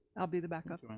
i'll be the backup.